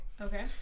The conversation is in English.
Okay